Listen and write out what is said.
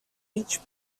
each